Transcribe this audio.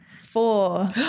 Four